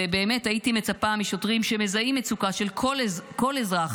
ובאמת הייתי מצפה משוטרים שמזהים מצוקה של כל אזרח